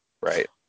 Right